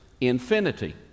Infinity